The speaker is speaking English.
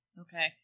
Okay